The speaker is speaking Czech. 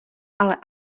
ale